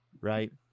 Right